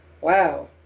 Wow